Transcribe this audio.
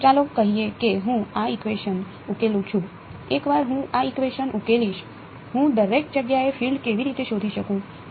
ચાલો કહીએ કે હું આ ઇકવેશન ઉકેલું છું એકવાર હું આ ઇકવેશન ઉકેલીશ હું દરેક જગ્યાએ ફીલ્ડ કેવી રીતે શોધી શકું